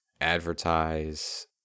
advertise